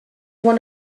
one